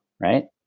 right